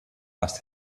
must